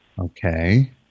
Okay